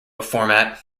format